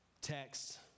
text